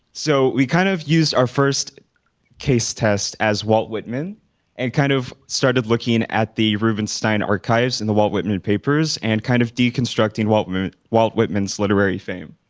so we kind of used our first case test as walt whitman and kind of started looking at the rubenstein archives and the walt whitman papers and kind of deconstructing walt walt whitman's literary fame.